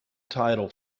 title